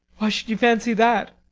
why should you fancy that?